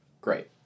Great